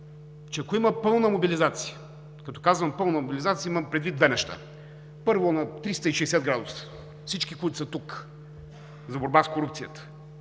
че ако има пълна мобилизация, като казвам пълна мобилизация, имам предвид две неща: първо, на 360 градуса всички, които са тук, за борба с корупцията